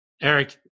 Eric